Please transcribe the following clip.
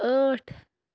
ٲٹھ